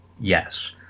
Yes